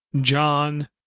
John